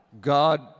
God